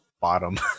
bottom